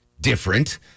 different